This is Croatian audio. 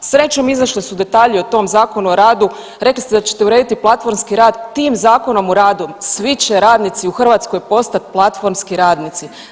Srećom, izašli su detalji o tom Zakonu o radu, rekli ste da ćete urediti platformski rad tim Zakonom o radu svi će radnici u Hrvatskoj postati platformski radnici.